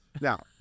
Now